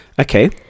Okay